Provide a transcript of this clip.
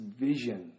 vision